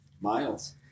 Miles